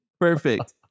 perfect